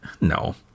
no